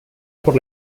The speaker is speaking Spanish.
por